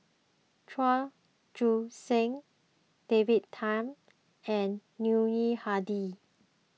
Chua Joon Siang David Tham and Yuni Hadi